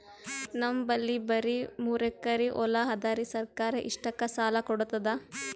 ನಮ್ ಬಲ್ಲಿ ಬರಿ ಮೂರೆಕರಿ ಹೊಲಾ ಅದರಿ, ಸರ್ಕಾರ ಇಷ್ಟಕ್ಕ ಸಾಲಾ ಕೊಡತದಾ?